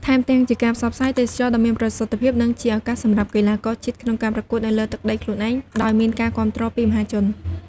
ថែមទាំងជាការផ្សព្វផ្សាយទេសចរណ៍ដ៏មានប្រសិទ្ធភាព និងជាឱកាសសម្រាប់កីឡាករជាតិក្នុងការប្រកួតនៅលើទឹកដីខ្លួនឯង ដោយមានការគាំទ្រពីមហាជន។